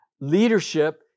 leadership